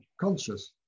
conscious